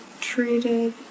treated